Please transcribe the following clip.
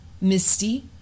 misty